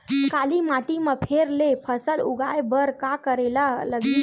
काली माटी म फेर ले फसल उगाए बर का करेला लगही?